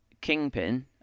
kingpin